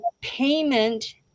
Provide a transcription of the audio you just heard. payment